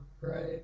Right